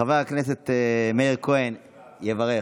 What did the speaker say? חבר הכנסת מאיר כהן יברך.